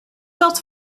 dat